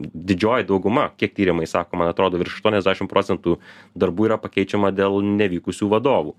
didžioji dauguma kiek tyrimai sako man atrodo virš aštuoniasdešim procentų darbų yra pakeičiama dėl nevykusių vadovų